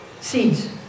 Seeds